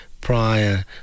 prior